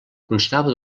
constava